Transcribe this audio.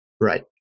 Right